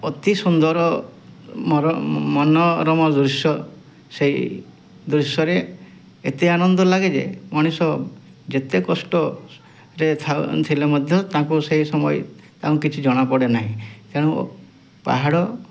ଅତି ସୁନ୍ଦର ମନୋରମ ଦୃଶ୍ୟ ସେଇ ଦୃଶ୍ୟରେ ଏତେ ଆନନ୍ଦ ଲାଗେ ମଣିଷ ଯେତେ କଷ୍ଟରେ ଥାଉ ଥିଲେ ମଧ୍ୟ ତାଙ୍କୁ ସେଇ ସମୟ ତାଙ୍କୁ କିଛି ଜଣାପଡ଼େ ନାହିଁ ତେଣୁ ପାହାଡ଼